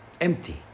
empty